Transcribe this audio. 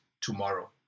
tomorrow